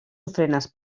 ofrenes